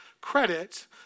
credit